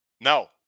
no